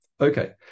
Okay